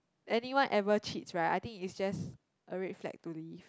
anyone ever cheats right I think it's just a red flag to leave